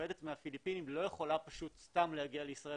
עובדת מהפיליפינים לא יכולה פשוט סתם להגיע לישראל